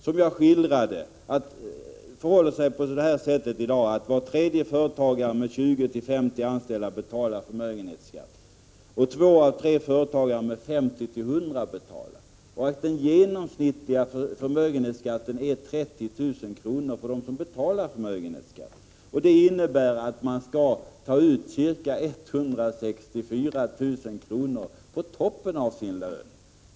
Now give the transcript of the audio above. Som jag skildrade förut betalar var tredje företagare med 20-50 anställda och två av tre företagare med 50-100 anställda förmögenhetsskatt. Den genomsnittliga förmögenhetsskatten är 30 000 kr. för dem som betalar förmögenhetsskatt. Det innebär att de måste ta ut 164 000 kr. på toppen av sin lön.